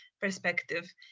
perspective